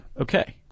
Okay